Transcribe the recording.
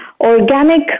organic